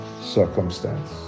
circumstance